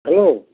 hello